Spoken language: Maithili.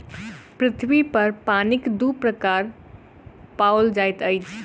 पृथ्वी पर पानिक दू प्रकार पाओल जाइत अछि